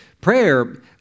Prayer